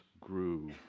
grew